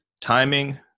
timing